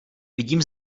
vidím